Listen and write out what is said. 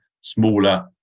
smaller